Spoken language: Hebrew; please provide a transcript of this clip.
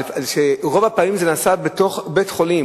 רוב הפעמים זה נעשה בתוך בית-חולים.